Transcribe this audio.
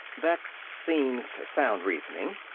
that seems sound reasoning.